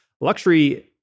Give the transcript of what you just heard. luxury